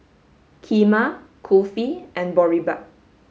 Kheema Kulfi and Boribap